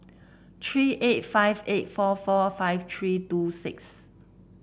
three eight five eight four four five three two six